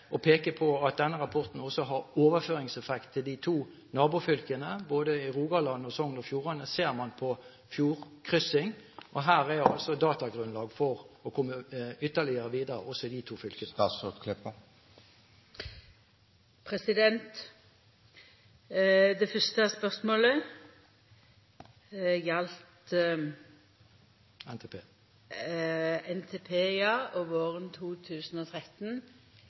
på at denne rapporten også har overføringseffekter til de to nabofylkene. Både i Rogaland og Sogn og Fjordane ser man på fjordkryssing. Her er datagrunnlag for å komme videre også i de to fylkene. Det fyrste spørsmålet galdt NTP og våren 2013.